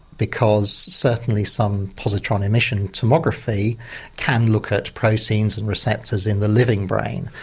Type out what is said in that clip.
because certainly some positron emission tomography can look at proteins and receptors in the living brain.